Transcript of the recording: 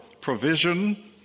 provision